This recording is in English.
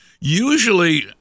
Usually